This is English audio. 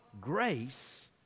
grace